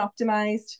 optimized